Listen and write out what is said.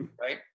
right